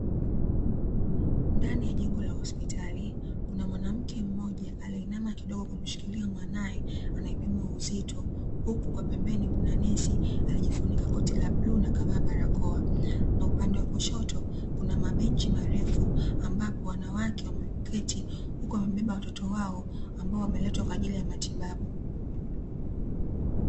Ndani ya jengo la hospitali kuna mwanamke mmoja aliyeinama kidogo kumshikilia mwanae anayepimwa uzito, huku kwa pembeni kuna nesi aliyejifunika koti la bluu na kavaa barakoa. Na upande wa kushoto kuna mabenchi marefu, ambapo wanawake wameketi huku wamebeba watoto wao ambao wameletwa kwa ajili ya matibabu.